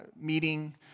meeting